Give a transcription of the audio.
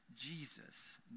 Jesus